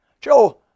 Joe